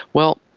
well,